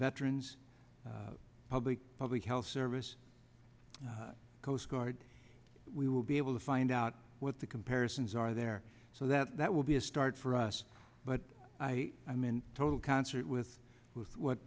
veterans public public health service coast guard we will be able to find out what the comparisons are there so that that will be a start for us but i'm in total concert with with what